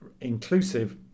inclusive